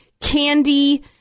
candy